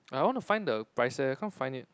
I wanna find the price leh I can't find it